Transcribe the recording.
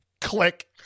Click